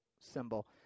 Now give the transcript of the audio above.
symbol